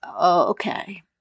Okay